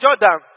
Jordan